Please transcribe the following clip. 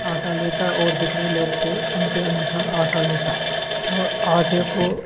आटा लेता और जितने लोग थे उनके अनुसार आटा लेता और आटे को